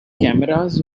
cameras